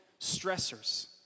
stressors